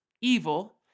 evil